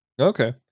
Okay